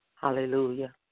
hallelujah